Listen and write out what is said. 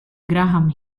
graham